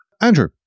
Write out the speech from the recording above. Andrew